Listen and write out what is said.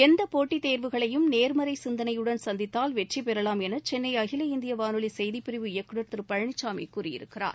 எந்த போட்டித் தேர்வுகளையும் நேர்மறை சிந்தனையுடன் சந்தித்தால் வெற்றி பெறலாம் என சென்னை அகில இந்திய வானொலி செய்திப் பிரிவு இயக்குநர் திரு பழனிச்சாமி கூறியிருக்கிறார்